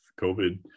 COVID